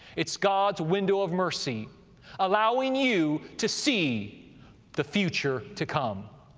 it's god's window of mercy allowing you to see the future to come.